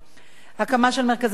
הקמה של מרכזי מצוינות,